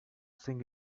sing